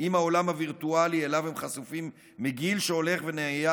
עם העולם הווירטואלי שאליו הם חשופים מגיל שהולך ונהיה